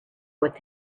what